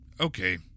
okay